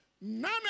none